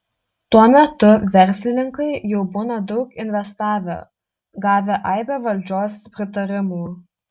tuo metu verslininkai jau būna daug investavę gavę aibę valdžios pritarimų